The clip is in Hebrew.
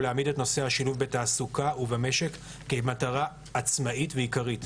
ולהביא למעשה לשילוב בתעסוקה ובמשק כמטרה עצמאית ועיקרית,